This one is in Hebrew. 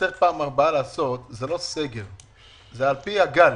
פעם הבאה צריך לעשות לא סגר אלא לפי הגל.